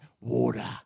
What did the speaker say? water